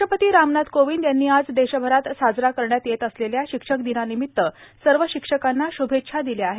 राष्ट्रपती रामनाथ कोविंद यांनी आज देशभरात साजरा करण्यात येत असलेल्या शिक्षक दिनानिमित्त सर्व शिक्षकांना श्भेच्छा दिल्या आहेत